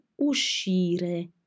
uscire